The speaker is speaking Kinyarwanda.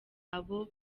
abo